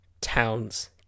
towns